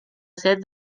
set